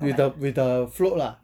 with the with the float lah